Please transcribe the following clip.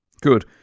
Good